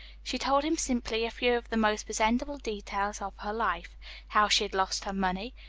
she told him simply a few of the most presentable details of her life how she had lost her money,